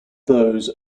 those